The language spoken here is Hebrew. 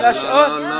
לא, לא.